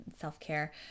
self-care